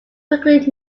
weekly